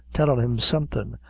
tellin' him something,